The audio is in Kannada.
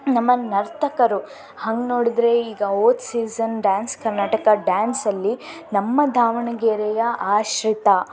ನಮ್ಮ ನರ್ತಕರು ಹಾಗೆ ನೋಡಿದರೆ ಈಗ ಹೋದ ಸೀಸನ್ ಡಾನ್ಸ್ ಕರ್ನಾಟಕ ಡಾನ್ಸಲ್ಲಿ ನಮ್ಮ ದಾವಣಗೆರೆಯ ಆಶ್ರಿತಾ